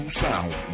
sound